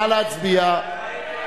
נא להצביע.